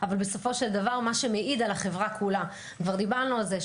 אבל בסופו של דבר מה שמעיד על החברה כולה כבר דיברנו על זה,